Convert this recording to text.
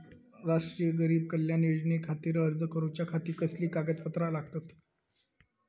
राष्ट्रीय गरीब कल्याण योजनेखातीर अर्ज करूच्या खाती कसली कागदपत्रा लागतत?